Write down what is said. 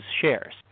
shares